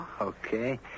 Okay